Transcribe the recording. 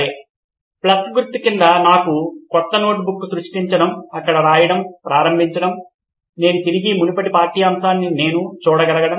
సరే ప్లస్ గుర్తు క్రింద నాకు క్రొత్త నోట్బుక్ సృష్టించడం అక్కడ రాయడం ప్రారంభించడం నేను తిరిగి మునిపటి పాఠ్యపుస్తకాన్నినేను చూడగడం